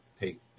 take